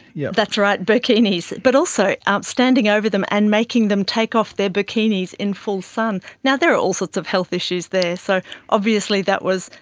yeah that's right. but also um standing over them and making them take off their burkinis in full sun. now, there are all sorts of health issues there, so obviously that was,